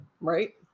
right